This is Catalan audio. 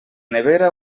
nevera